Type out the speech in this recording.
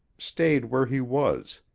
stayed where he was,